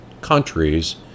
countries